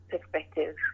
perspective